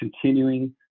continuing